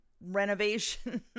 renovation